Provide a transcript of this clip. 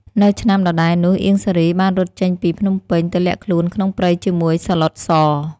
នៅឆ្នាំដដែលនោះ អៀង សារី បានរត់ចេញពីភ្នំពេញ ទៅលាក់ខ្លួនក្នុងព្រៃជាមួយ សាឡុត ស។